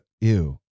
ew